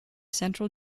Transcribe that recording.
central